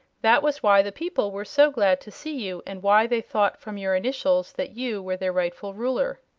that was why the people were so glad to see you, and why they thought from your initials that you were their rightful ruler.